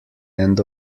end